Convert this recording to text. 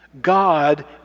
God